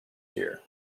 year